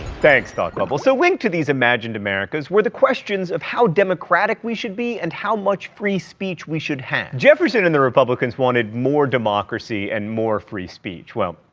thanks, thought bubble. so linked to these imagined americas were the questions of how democratic we should be and how much free speech we should have. jefferson and the republicans wanted more democracy and more free speech, well,